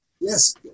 Yes